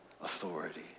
authority